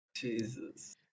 Jesus